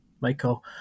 Michael